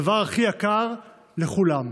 הדבר הכי יקר לכולם.